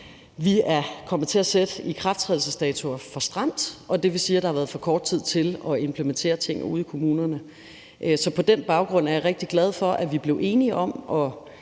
vi er kommet til at sætte ikrafttrædelsesdatoer for stramt, og det vil sige, at der har været for kort tid til at implementere ting ude i kommunerne. Så på den baggrund er jeg rigtig glad for, at vi blev enige om at